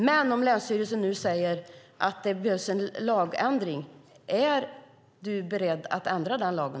Men om länsstyrelsen nu säger att det behövs en lagändring, är Lotta Finstorp då beredd att ändra den lagen?